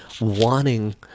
wanting